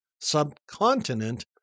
subcontinent